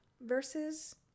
versus